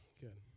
Good